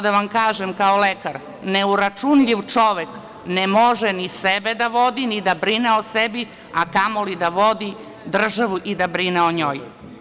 Da vam kažem kao lekar, neuračunljiv čovek ne može ni sebe da vodi, ni da brine o sebi, a kamoli da vodi državu i da brine o njoj.